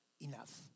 enough